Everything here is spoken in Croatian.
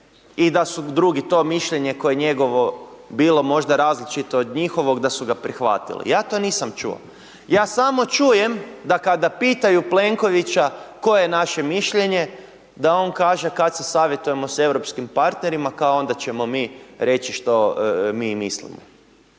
i da su drugi to mišljenje koje je njegovo bilo možda različito od njihovog da su ga prihvatili. Ja to nisam čuo, ja samo čujem da kada pitanju Plenkovića koje je naše mišljenje, kad se savjetujemo sa europskim partnerima kao onda ćemo mi reći što mi mislimo.